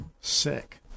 Sick